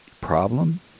problem